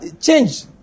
change